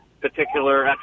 particular